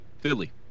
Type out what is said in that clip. Philly